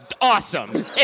awesome